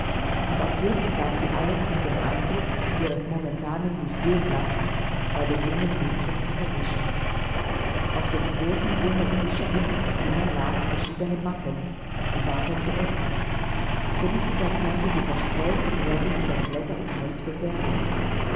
und auch jetzt that sie alles um den eindruck ihres momentanen sichgehenlassens bei dem jungen mädchen zu verwischen auf dem großen runden tische mitten im zimmer lagen verschiedene mappen sie waren geöffnet felicitas kannte die verstreut umherliegenden blätter und hefte sehr gut